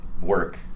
work